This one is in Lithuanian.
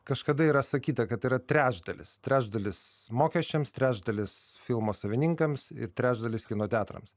kažkada yra sakyta kad yra trečdalis trečdalis mokesčiams trečdalis filmo savininkams ir trečdalis kino teatrams